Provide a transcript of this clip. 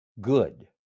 good